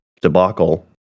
debacle